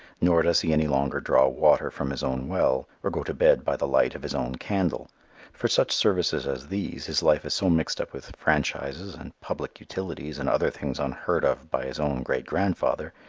nor does he any longer draw water from his own well or go to bed by the light of his own candle for such services as these his life is so mixed up with franchises and public utilities and other things unheard of by his own great-grandfather,